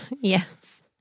Yes